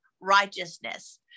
righteousness